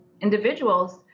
individuals